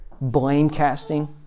blame-casting